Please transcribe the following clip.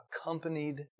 Accompanied